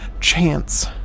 chance